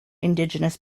indigenous